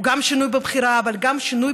הוא גם שינוי בבחירה אבל גם שינוי